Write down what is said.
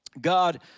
God